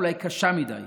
אולי קשה מדי.